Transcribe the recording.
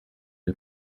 une